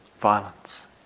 violence